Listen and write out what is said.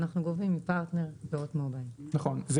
אנחנו